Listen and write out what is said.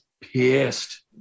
pissed